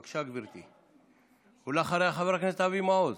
בבקשה, גברתי, ואחריה, חבר הכנסת אבי מעוז.